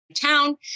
town